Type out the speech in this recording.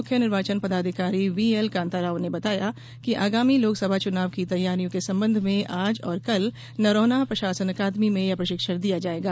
मुख्य निर्वाचन पदाधिकारी व्हीएल कान्ता राव ने बताया है कि आगामी लोकसभा च्नाव की तैयारियों के संबंध में आज और कल नरोन्हा प्रशासन अकादमी में यह प्रशिक्षण दिया जायेगा